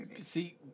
See